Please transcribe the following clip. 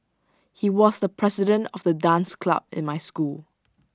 he was the president of the dance club in my school